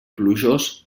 plujós